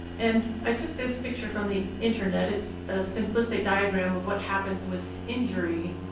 and i took this picture from the internet. it's a simplistic diagram of what happens with injury.